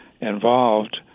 involved